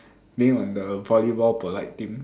blaming on the volleyball polite team